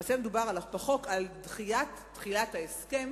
מדובר על דחיית תחילת ההסכם